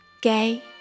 gay